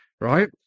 Right